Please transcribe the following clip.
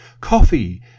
Coffee